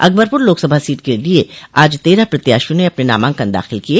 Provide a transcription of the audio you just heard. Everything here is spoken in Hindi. अकबरपुर लोकसभा सीट के लिये आज तेरह प्रत्याशियों ने अपने नामांकन दाखिल किये